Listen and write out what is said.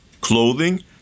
clothing